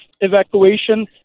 evacuation